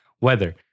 weather